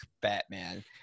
Batman